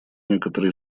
некоторые